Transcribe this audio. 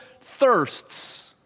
thirsts